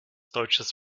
deutsches